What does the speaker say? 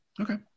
Okay